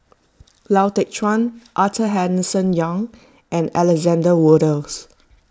Lau Teng Chuan Arthur Henderson Young and Alexander Wolters